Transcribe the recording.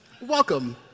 Welcome